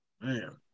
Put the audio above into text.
man